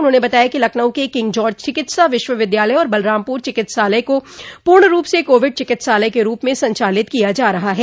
उन्होंने बताया कि लखनऊ के किंग जार्च चिकित्सा विश्वविद्यालय और बलरामपुर चिकित्सालय को पूर्ण रूप से कोविड चिकित्सालय के रूप में संचालित किया जा रहा है